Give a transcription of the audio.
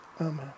amen